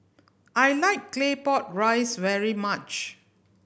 I like Claypot Rice very much